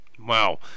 Wow